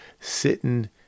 sitting